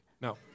No